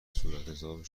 صورتحساب